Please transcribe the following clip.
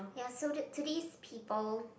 you're soldered to these people